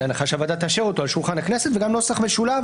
בהנחה שהוועדה תאשרו - על שולחן הכנסת וגם נוסח משולב